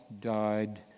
died